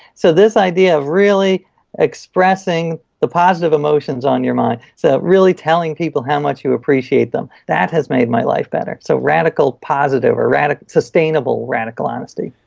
so this idea of really expressing the positive emotions on your mind, so really telling people how much you appreciate them, that has made my life better. so radical positive or sustainable radical sustainable radical honesty.